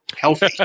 Healthy